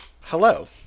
Hello